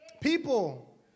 People